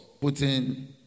putting